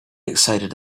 excited